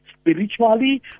Spiritually